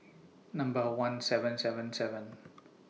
Number one seven seven seven